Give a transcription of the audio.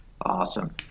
Awesome